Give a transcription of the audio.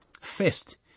First